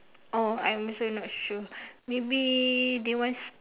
oh I'm also not sure maybe they want